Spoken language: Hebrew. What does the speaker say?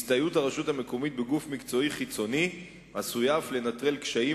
הסתייעות הרשות המקומית בגוף מקצועי חיצוני עשויה אף לנטרל קשיים,